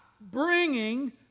bringing